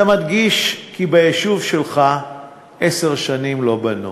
אתה מדגיש כי ביישוב שלך עשר שנים לא בנו.